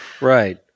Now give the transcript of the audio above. Right